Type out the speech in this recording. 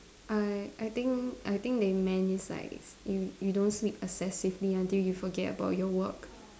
I I think I think they meant is like you you don't sleep excessively until you forget about your work